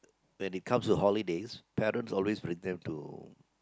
when it comes to holidays parents always bring them to